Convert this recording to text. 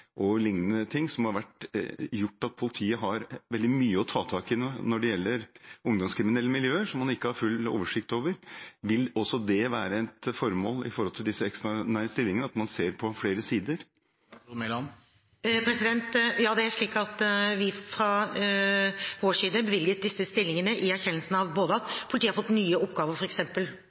ungdomskriminelle miljøer, som man ikke har full oversikt over. Vil det også være et formål med tanke på disse ekstraordinære stillingene at man ser på flere sider? Det er slik at vi fra vår side bevilget disse stillingene i erkjennelsen av både at politiet har fått nye oppgaver,